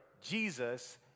Jesus